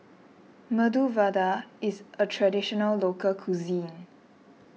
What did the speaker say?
Medu Vada is a Traditional Local Cuisine